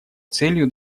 целью